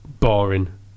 Boring